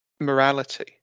morality